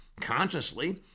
consciously